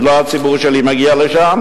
שלא הציבור שלי מגיע לשם,